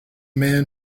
man